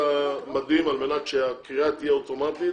המדים על מנת שהקריאה תהיה אוטומטית,